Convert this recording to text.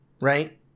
right